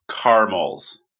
caramels